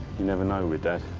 you never know with dad.